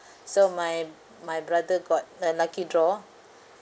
so my my brother got a lucky draw